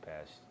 past